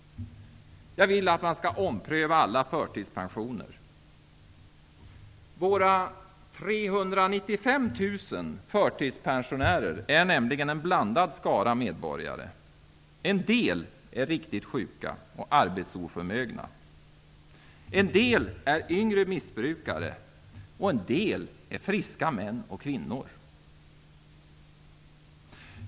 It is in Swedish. Jag vill att man skall ompröva alla förtidspensioner. Våra 395 000 förtidspensionärer är nämligen en blandad skara medborgare. En del är riktigt sjuka och arbetsoförmögna, en del är yngre missbrukare och en del är friska män och kvinnor.